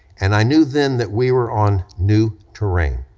and i knew then that we were on new terrain.